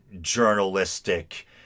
journalistic